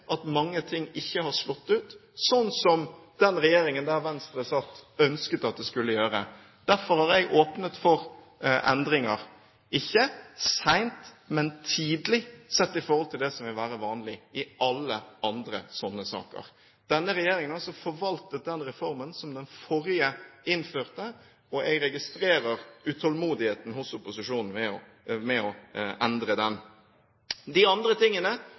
at mange ting ikke har slått ut sånn som den regjeringen der Venstre satt, ønsket at det skulle gjøre. Derfor har jeg åpnet for endringer – ikke sent, men tidlig, sett i forhold til det som vil være vanlig i alle andre sånne saker. Denne regjeringen har altså forvaltet den reformen som den forrige innførte, og jeg registrerer utålmodigheten hos opposisjonen med å endre den. De andre tingene